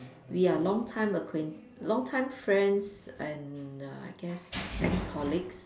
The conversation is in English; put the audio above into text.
we are long time acquaint~ long time friends and err I guess ex-colleagues